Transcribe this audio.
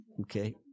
Okay